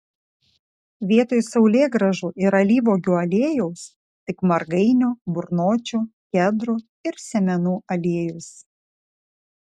vietoj saulėgrąžų ir alyvuogių aliejaus tik margainių burnočių kedrų ir sėmenų aliejus